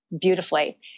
beautifully